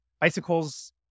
bicycles